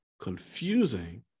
confusing